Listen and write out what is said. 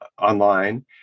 online